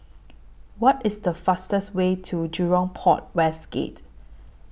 What IS The fastest Way to Jurong Port West Gate